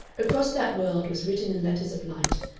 across that world was written in letters of light,